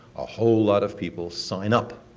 a whole lot of people sign up.